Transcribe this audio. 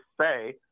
say